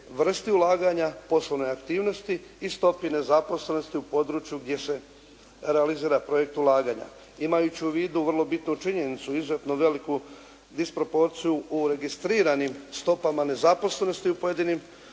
vrsti ulaganja, poslovnoj aktivnosti i stopi nezaposlenosti u području gdje se realizira projekt ulaganja. Imajući u vidu vrlo bitnu činjenicu, izuzetno veliku disporpociju u registriranim stopama nezaposlenosti u pojedinim